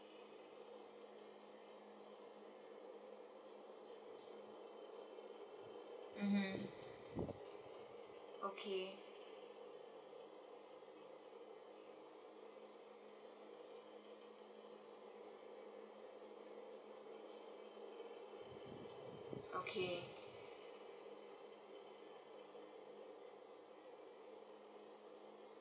mmhmm okay okay